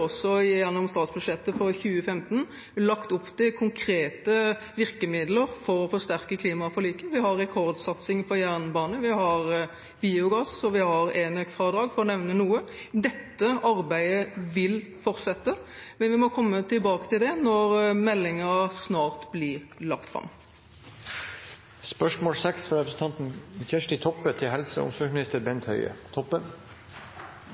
også gjennom statsbudsjettet for 2015 lagt opp til konkrete virkemidler for å forsterke klimaforliket. Vi har rekordsatsing på jernbane, vi har biogass, og vi har enøkfradrag, for å nevne noe. Dette arbeidet vil fortsette, men vi må komme tilbake til det når meldingen snart blir lagt fram. «I årets sjukehustale skisserte statsråden tre modellar for sjukehus. Modell 1 er å oppretthalda akuttkirurgi ved dei minste sjukehusa nokre år til.